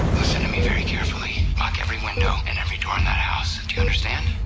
listen to me very carefully. lock every window and every door in that house. do you understand?